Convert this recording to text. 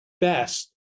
best